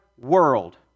world